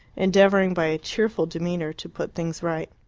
endeavouring by a cheerful demeanour to put things right.